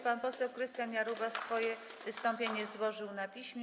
Pan poseł Krystian Jarubas swoje wystąpienie złożył na piśmie.